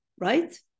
Right